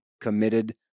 committed